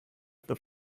the